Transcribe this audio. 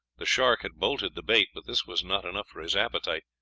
the shark had bolted the bait, but this was not enough for his appetite,